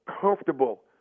comfortable